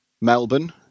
Melbourne